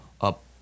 up